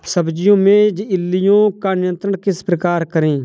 सब्जियों में इल्लियो का नियंत्रण किस प्रकार करें?